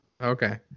okay